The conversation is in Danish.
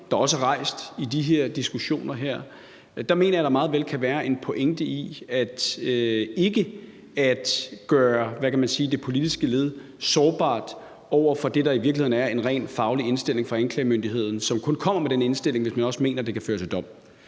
der også er rejst i de her diskussioner, så mener jeg, at der meget vel kan være en pointe i ikke at gøre, hvad kan man sige, det politiske led sårbart over for det, der i virkeligheden er en rent faglig indstilling fra anklagemyndigheden, som kun kommer med den indstilling, hvis den også mener, det kan føre til dom.